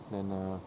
then err